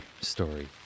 story